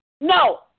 No